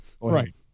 Right